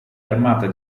armata